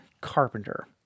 Carpenter